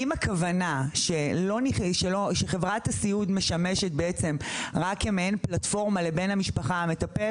אם הכוונה שחברת הסיעוד משמשת בעצם רק כמעין פלטפורמה לבן המשפחה המטפל